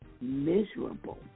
miserable